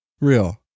Real